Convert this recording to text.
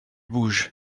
bougent